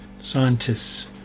scientists